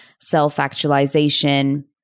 self-actualization